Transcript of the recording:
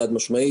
חד-משמעית,